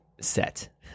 set